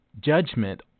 Judgment